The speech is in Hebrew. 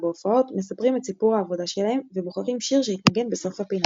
בהופעות מספרים את סיפור העבודה שלהם ובוחרים שיר שיתנגן בסוף הפינה.